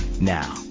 Now